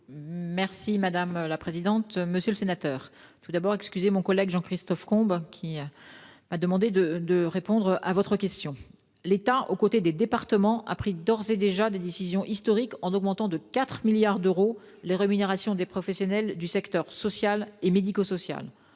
Mme la ministre déléguée. Monsieur le sénateur, je vous prie de bien vouloir excuser mon collègue Jean-Christophe Combe, qui m'a demandé de répondre à votre question. L'État, aux côtés des départements, a pris d'ores et déjà des décisions historiques en augmentant de 4 milliards d'euros les rémunérations des professionnels du secteur social et médico-social.